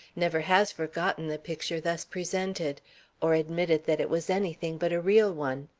never has forgotten the picture thus presented or admitted that it was anything but a real one.